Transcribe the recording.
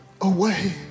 away